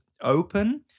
open